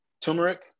turmeric